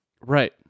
right